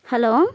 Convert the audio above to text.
hello